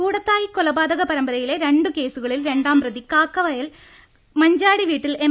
കൂടത്തായി കൊലപാതക പരമ്പരയിലെ രണ്ടു കേസുകളിൽ രണ്ടാം പ്രതി കാക്കവയൽ മഞ്ചാടി വീട്ടിൽ എം